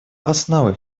основой